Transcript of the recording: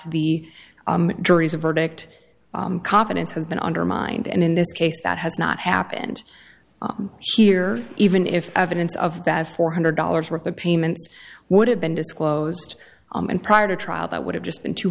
the jury's verdict confidence has been undermined and in this case that has not happened here even if evidence of that four hundred dollars worth of payments would have been disclosed and prior to trial that would have just been two